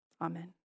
Amen